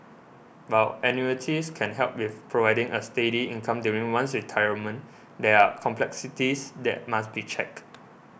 while annuities can help with providing a steady income during one's retirement there are complexities that must be checked